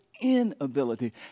inability